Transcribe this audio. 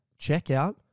checkout